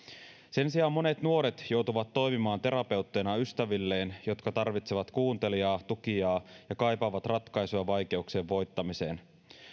sen sijaan monet nuoret joutuvat toimimaan terapeutteina ystävilleen jotka tarvitsevat kuuntelijaa ja tukijaa ja kaipaavat ratkaisuja vaikeuksien voittamiseen